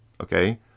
Okay